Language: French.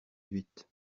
huit